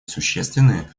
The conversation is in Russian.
существенные